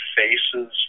faces